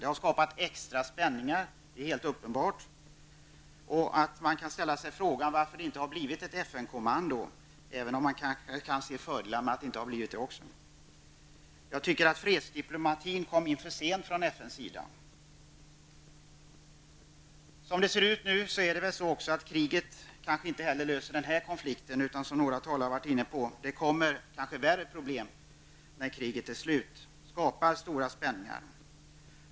Den har skapat extra spänningar, det är helt uppenbart. Man kan ställa sig frågan varför det inte har blivit ett FN-kommando, även om man också kan se fördelar med att det inte har blivit det. Jag tycker att fredsdiplomatin kom in för sent från FNs sida. Som det ser ut nu löser kriget kanske inte heller den här konflikten utan det kommer kanske -- vilket några talare har varit inne på -- värre problem när kriget är slut. Då skapas stora spänningar.